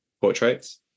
portraits